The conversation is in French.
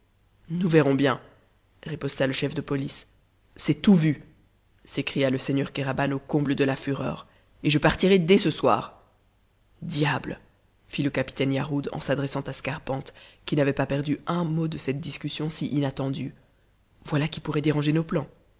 nous verrons bien riposta le chef de police c'est tout vu s'écria le seigneur kéraban au comble de la fureur et je partirai dès ce soir diable fit le capitaine yarhud en s'adressant à scarpante qui n'avait pas perdu un mot de cette discussion si inattendue voilà qui pourrait déranger notre plan